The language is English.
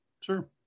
sure